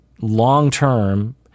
long-term